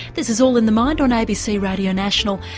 this is all in the mind on abc radio national,